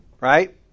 right